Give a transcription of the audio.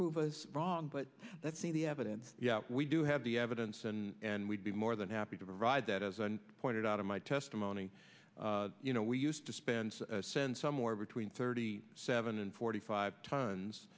prove us wrong but let's see the evidence yeah we do have the evidence and we'd be more than happy to provide that as i pointed out in my testimony you know we used to spend somewhere between thirty seven and forty five tons